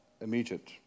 immediate